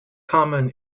common